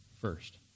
first